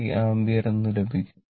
5t ampere എന്ന് ലഭിക്കും